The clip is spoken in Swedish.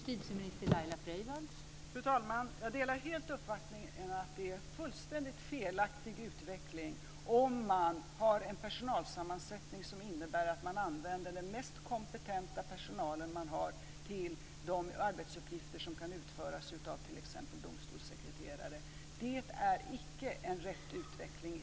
Fru talman! Jag delar helt uppfattningen att det är en fullständigt felaktig utveckling om man har en personalsammansättning som innebär att man använder den mest kompetenta personal man har till de arbetsuppgifter som kan utföras av t.ex. domstolssekreterare. Det är icke en riktig utveckling.